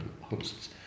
hosts